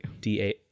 D8